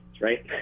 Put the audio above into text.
right